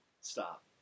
Stop